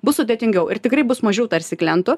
bus sudėtingiau ir tikrai bus mažiau tarsi klientų